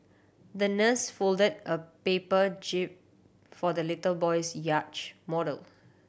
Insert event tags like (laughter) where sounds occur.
the nurse folded a paper jib for the little boy's (unintelligible) model